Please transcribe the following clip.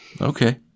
Okay